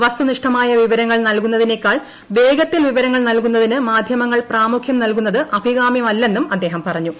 വസ്തുനിഷ്ഠമായ വിവരങ്ങൾ നൽകുന്നതിനേക്കാൾ വേഗത്തിൽ വിവരങ്ങൾ നൽകുന്നതിന് മാധ്യമങ്ങൾ പ്രാമുഖ്യം നൽകുന്നത് അഭികാമ്യമല്ലെന്നും അദ്ദേഹം പറഞ്ഞു